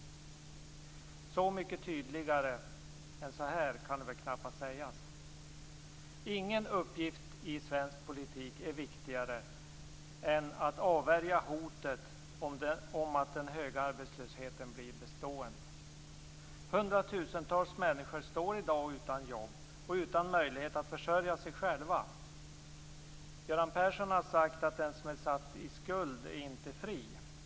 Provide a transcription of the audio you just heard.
Så mycket tydligare än så här kan det väl knappast sägas. Ingen uppgift i svensk politik är viktigare än att avvärja hotet om att den höga arbetslösheten blir bestående. Hundratusentals människor står i dag utan jobb och utan möjlighet att försörja sig själva. Göran Persson har sagt att den som är satt i skuld inte är fri.